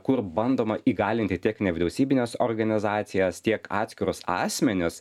kur bandoma įgalinti tiek nevyriausybines organizacijas tiek atskirus asmenis